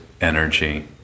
energy